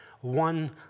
one